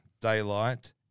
Daylight